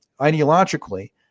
Ideologically